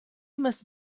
must